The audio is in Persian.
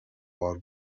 بار